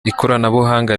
ikoranabuhanga